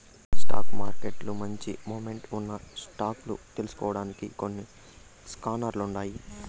stock మార్కెట్ల మంచి momentum ఉన్న స్టాక్ లు తెల్సుకొనేదానికి కొన్ని స్కానర్లుండాయి